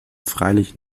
freilich